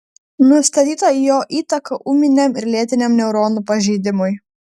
nustatyta jo įtaka ūminiam ir lėtiniam neuronų pažeidimui